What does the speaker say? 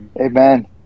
Amen